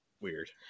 weird